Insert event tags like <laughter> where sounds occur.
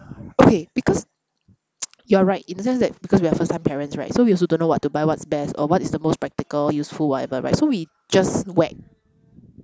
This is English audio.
okay because <noise> you're right in the sense that because we are first time parents right so we also don't know what to buy what's best or what is the most practical useful whatever right so we just whack